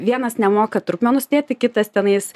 vienas nemoka trupmenų sudėt tai kitas tenais